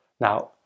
Now